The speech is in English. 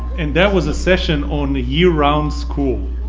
and that was a session on year round school.